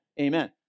amen